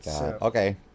Okay